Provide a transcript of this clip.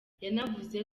yanavuze